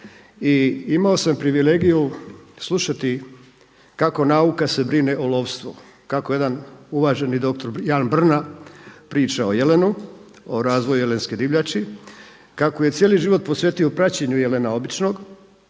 imao sam privilegiju slušati kako nauka se brine o lovstvu, kako jedan uvaženi doktor, jedan …/Govornik se ne razumije./… priča o jelenu, o razvoju jelenske divljači, kako je cijeli život posvetio praćenju jelenu običnog,